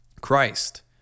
Christ